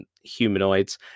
humanoids